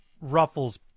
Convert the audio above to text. ruffles